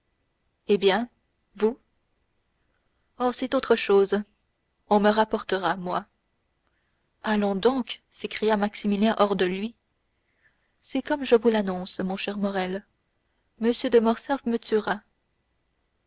eh bien vous oh c'est autre chose on me rapportera moi allons donc s'écria maximilien hors de lui c'est comme je vous l'annonce mon cher morrel m de morcerf me tuera